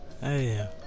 Hey